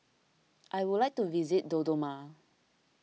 I would like to visit Dodoma